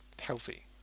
healthy